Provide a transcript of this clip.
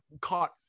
caught